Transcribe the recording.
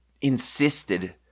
insisted